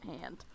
hand